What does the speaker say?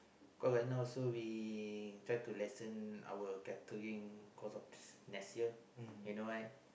cause right now also we try to lessen our catering cause of next year you know right